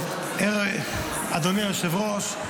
אדוני היושב-ראש,